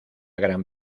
gran